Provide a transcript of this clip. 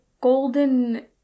golden